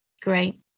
Great